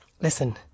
Listen